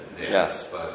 Yes